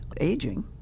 aging